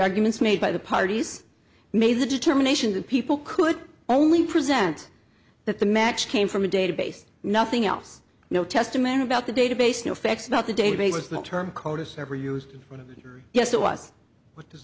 arguments made by the parties made the determination that people could only present that the match came from a database nothing else no testimony about the database no facts about the database or the term codice never used yes it was what does